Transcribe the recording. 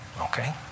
okay